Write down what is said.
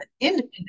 independent